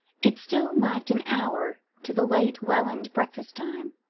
it still lacked an hour to the late welland breakfast-time,